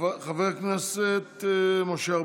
חבר הכנסת משה ארבל.